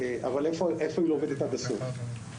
איפה היא לא עובדת עד הסוף?